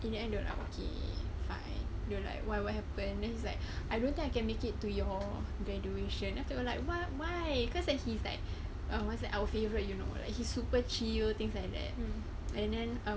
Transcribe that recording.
in the end dia orang okay fine they're like what what happen and then he's like I don't think I can make it to your graduation after that we're like what why cause that he's like what's that our favourite you know like he's super chill things like that and then